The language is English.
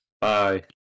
Bye